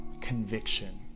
conviction